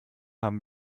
haben